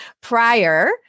prior